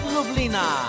Lublina